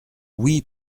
oui